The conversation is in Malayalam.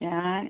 ഞാൻ